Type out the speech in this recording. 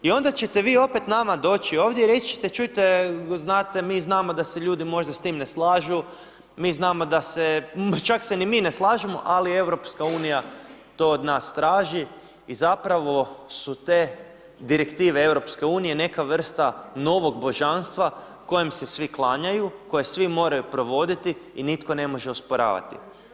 I onda ćete vi opet nama doći ovdje i reći ćete čujte, znate, mi znamo da se ljudi možda s time ne slažu, mi znamo da se, čak se ni mi ne slažemo ali EU to od nas traži i zapravo su te direktive EU neka vrsta novog božanstva kojem se svi klanjaju, koje svi moraju provoditi i nitko ne može osporavati.